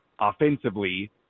offensively